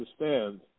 understand